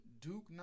Duke